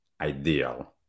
ideal